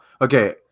okay